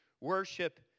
worship